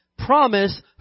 promise